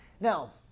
Now